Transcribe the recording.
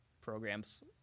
programs